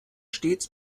stets